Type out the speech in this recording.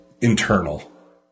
internal